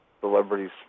celebrities